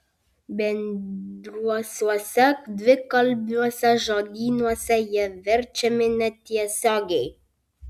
bendruosiuose dvikalbiuose žodynuose jie verčiami netiesiogiai